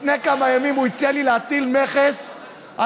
לפני כמה ימים הוא הציע לי להטיל מכס על